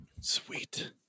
Sweet